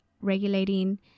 regulating